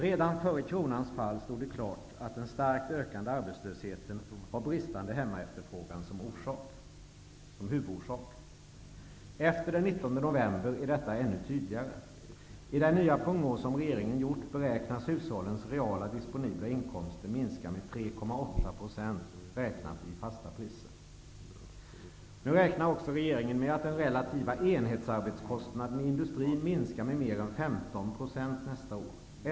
Redan före kronans fall stod det klart att den starkt ökande arbetslösheten har bristande hemmaefterfrågan som huvudorsak. Efter den 19 november är detta ännu tydligare. I den nya prognos som regeringen gjort beräknas hushållens reala disponibla inkomster minska med 3,8 Nu räknar regeringen också med att den relativa enhetsarbetskostnaden i industrin minskar med mer än 15 % nästa år.